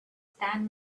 than